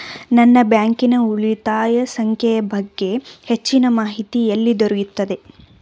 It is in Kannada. ನನ್ನ ಬ್ಯಾಂಕಿನ ಉಳಿತಾಯ ಸಂಖ್ಯೆಯ ಬಗ್ಗೆ ಹೆಚ್ಚಿನ ಮಾಹಿತಿ ಎಲ್ಲಿ ದೊರೆಯುತ್ತದೆ?